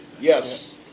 Yes